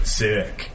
sick